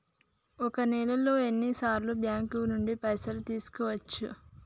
ఒక నెలలో ఎన్ని సార్లు బ్యాంకుల నుండి పైసలు తీసుకోవచ్చు?